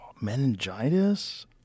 meningitis